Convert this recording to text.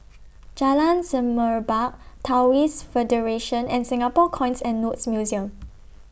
Jalan Semerbak Taoist Federation and Singapore Coins and Notes Museum